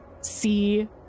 see